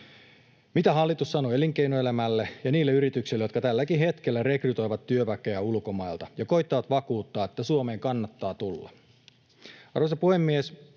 Mitä hallitus sanoo elinkeinoelämälle ja niille yritykselle, jotka tälläkin hetkellä rekrytoivat työväkeä ulkomailta ja koettavat vakuuttaa, että Suomeen kannattaa tulla? Arvoisa puhemies!